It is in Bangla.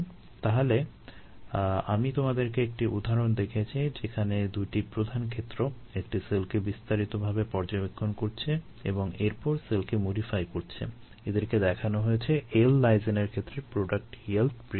তাহলে আমি তোমাদেরকে একটি উদাহরণ দেখিয়েছি যেখানে দুইটি প্রধান ক্ষেত্র একটি সেলকে বিস্তারিতভাবে পর্যবেক্ষণ করছে এবং এরপর সেলকে মডিফাই করছে এদেরকে দেখানো হয়েছে l লাইসিনের ক্ষেত্রে প্রোডাক্ট ইয়েল্ড বৃদ্ধি করতে